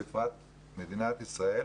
בפרט מדינת ישראל,